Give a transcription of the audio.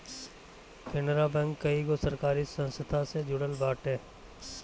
Canara bank कईगो सरकारी संस्था से जुड़ल बाटे